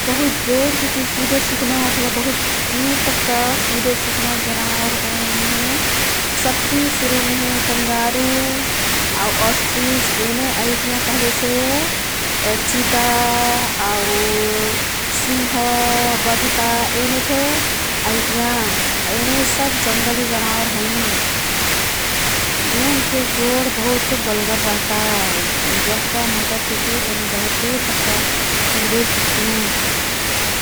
बहुत जोडतिती कुदे सिक्ना अथवा बहुत दुर तक्का कुदे सिक्ना जनावर ओईनमेहे सब्ति सुरुमेहे कंगारु आऊ ऑस्ट्रीच येने अईतियाँ। कह्लेसे चिता आऊ सिंह, बघ्टा येनेफे अईतियाँ। येने सब जङ्गली जनावर हैं। एन्के गोड बहुत बल्गर रहता। जह्का मददतिती येने बहुत दुर तक्का कुदे सिक्तियाँ।